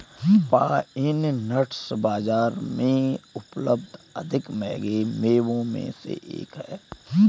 pine nuts बाजार में उपलब्ध अधिक महंगे मेवों में से एक हैं